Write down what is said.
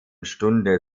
stunde